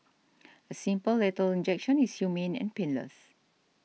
a simple lethal injection is humane and painless